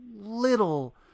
little